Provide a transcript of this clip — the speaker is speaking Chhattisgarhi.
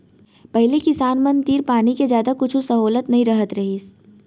पहिली किसान मन तीर पानी के जादा कुछु सहोलत नइ रहत रहिस